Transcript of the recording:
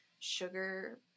sugar